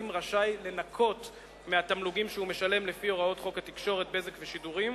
רשאי לנכות מהתמלוגים שהוא משלם לפי הוראות חוק התקשורת (בזק ושידורים),